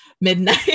midnight